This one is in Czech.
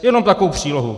Jenom takovou přílohu.